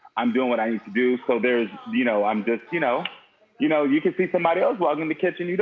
i'm doing what i used to do. so there's, you know, i'm just, you know you know you can see somebody else walking in the kitchen.